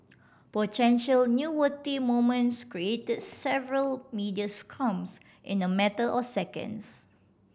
potential newsworthy moments create several media scrums in a matter of seconds